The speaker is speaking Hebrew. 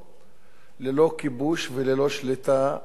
ללא כיבוש וללא שליטה על עם אחר.